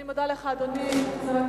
אני מודה לך, אדוני.